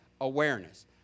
awareness